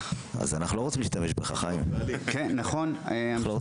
אני ראש